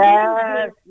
Yes